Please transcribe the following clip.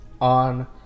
on